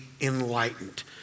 enlightened